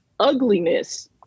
Ugliness